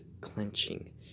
clenching